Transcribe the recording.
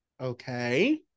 Okay